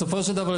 בסופו של דבר,